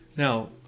Now